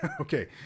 Okay